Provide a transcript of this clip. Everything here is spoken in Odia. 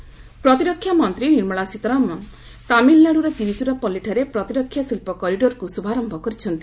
ସୀତାରମଣ କରିଡର୍ ପ୍ରତିରକ୍ଷା ମନ୍ତ୍ରୀ ନିର୍ମଳା ସୀତାରମଣ ତାମିଲ୍ନାଡ଼ୁର ତିରୁଚିରାପଲ୍ଲିଠାରେ ପ୍ରତିରକ୍ଷା ଶିଳ୍ପ କରିଡର୍କୁ ଶୁଭାରମ୍ଭ କରିଛନ୍ତି